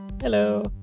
Hello